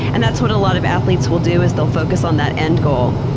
and that's what a lot of athletes will do is they'll focus on that end goal.